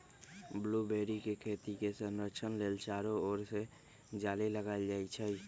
blueberry के खेती के संरक्षण लेल चारो ओर से जाली लगाएल जाइ छै